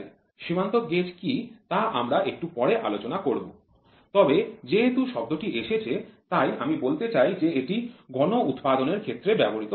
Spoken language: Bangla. সীমান্ত গেজ কি তা আমরা একটু পরে আলোচনা করব তবে যেহেতু শব্দটি এসেছে তাই আমি বলতে চাই যে এটি গণ উৎপাদনের ক্ষেত্রে ব্যবহৃত হয়